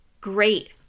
Great